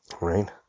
right